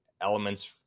elements